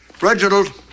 Reginald